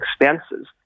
expenses